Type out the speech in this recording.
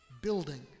building